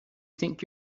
think